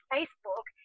Facebook